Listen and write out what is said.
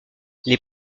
les